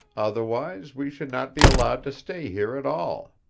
otherwise we should not be allowed to stay here at all.